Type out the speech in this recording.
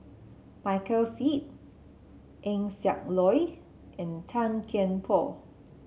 Michael Seet Eng Siak Loy and Tan Kian Por